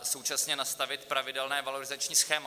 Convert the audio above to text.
Současně nastavit pravidelné valorizační schéma.